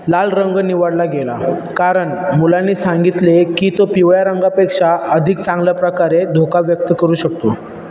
लाल रंग निवडला गेला कारण मुलांनी सांगितले की तो पिवळ्या रंगापेक्षा अधिक चांगल्या प्रकारे धोका व्यक्त करू शकतो